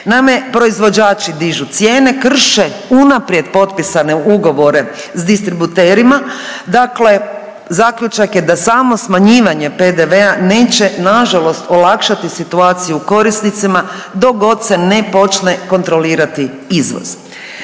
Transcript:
Nama je proizvođači dižu cijene, krše unaprijed potpisane ugovore s distributerima, dakle, zaključak je da samo smanjivanje PDV-a neće, nažalost olakšati situaciju korisnicima dok god se ne počne kontrolirati izvoz.